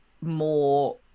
more